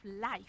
life